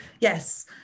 Yes